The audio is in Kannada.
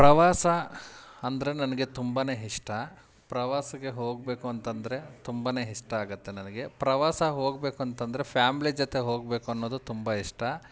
ಪ್ರವಾಸ ಅಂದರೆ ನನಗೆ ತುಂಬಾ ಇಷ್ಟ ಪ್ರವಾಸಗೆ ಹೋಗಬೇಕು ಅಂತಂದರೆ ತುಂಬಾ ಇಷ್ಟ ಆಗತ್ತೆ ನನಗೆ ಪ್ರವಾಸ ಹೋಗಬೇಕು ಅಂತಂದರೆ ಫ್ಯಾಮ್ಲಿ ಜೊತೆ ಹೋಗಬೇಕು ಅನ್ನೋದು ತುಂಬ ಇಷ್ಟ